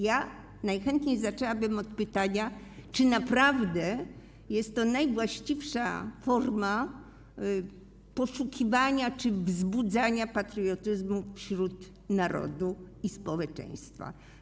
Ja najchętniej zaczęłabym od pytania: Czy naprawdę jest to najwłaściwsza forma poszukiwania czy wzbudzania patriotyzmu wśród narodu i społeczeństwa?